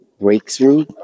breakthrough